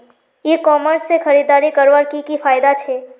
ई commerce से खरीदारी करवार की की फायदा छे?